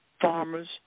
farmers